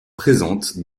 présente